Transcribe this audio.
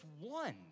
one